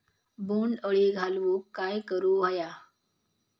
बोंड अळी घालवूक काय करू व्हया?